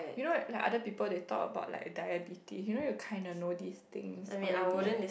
you know like other people they talk about like diabetes you know you kinda know this things already